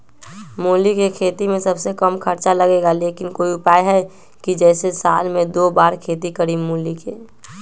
मूली के खेती में सबसे कम खर्च लगेला लेकिन कोई उपाय है कि जेसे साल में दो बार खेती करी मूली के?